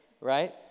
right